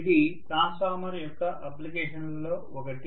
ఇది ట్రాన్స్ఫార్మర్ యొక్క అప్లికేషన్లలో ఒకటి